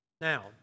Now